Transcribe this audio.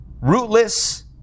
rootless